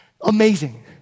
Amazing